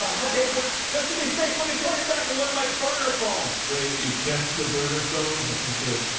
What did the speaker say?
okay but just to be safe, let me call you back on one of my burner phones. wait, you kept the burner phones? that's not good.